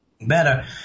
better